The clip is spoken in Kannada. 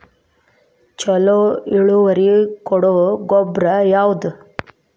ಛಲೋ ಇಳುವರಿ ಕೊಡೊ ಗೊಬ್ಬರ ಯಾವ್ದ್?